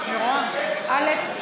בעד בושה,